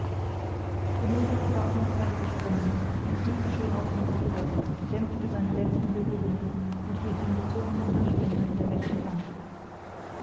honorio war vom pferde gesprungen und kniete schon auf dem tiere dämpfte seine letzten bewegungen und hielt den gezogenen hirschfänger in der rechten hand